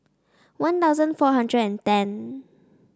One Thousand four hundred and ten